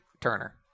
Turner